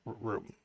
room